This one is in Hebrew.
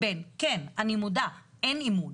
אני מודה, אין אמון